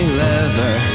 leather